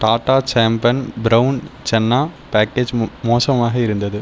Tata Sampann brown chana package மோசமாக இருந்தது